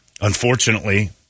unfortunately